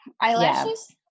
eyelashes